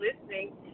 listening